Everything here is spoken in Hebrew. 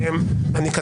השופטים.